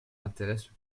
intéressent